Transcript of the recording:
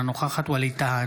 אינה נוכחת ווליד טאהא,